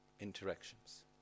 interactions